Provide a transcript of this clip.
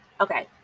Okay